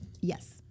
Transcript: Yes